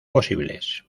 posibles